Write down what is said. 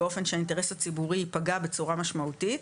באופן שהאינטרס הציבורי ייפגע בצורה משמעותית.